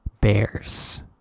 bears